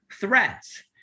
threats